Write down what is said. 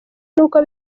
nuko